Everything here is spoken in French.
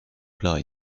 plats